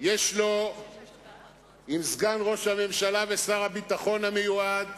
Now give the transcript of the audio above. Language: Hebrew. יש לו עם סגן ראש הממשלה ועם שר הביטחון המיועד.